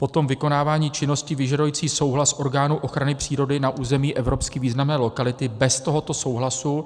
Potom vykonávání činnosti vyžadující souhlas orgánů ochrany přírody na území evropsky významné lokality bez tohoto souhlasu.